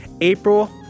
April